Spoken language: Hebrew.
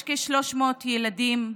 יש כ-300 ילדים,